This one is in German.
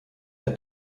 per